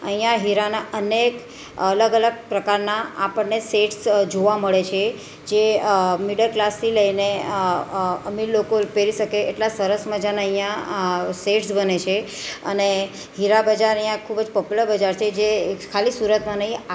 અહીંયાં હીરાના અનેક અલગ અલગ પ્રકારના આપણને સેટ્સ જોવા મળે છે જે મિડલ ક્લાસથી લઈને અમીર લોકો પહેરી શકે એટલા સરસ મજાના અહીંયાં સેટ્સ બને છે અને હીરા બજાર અહીંયાં ખૂબ જ પોપ્યુલર બજાર છે જે ખાલી સુરતમાં નહીં આખા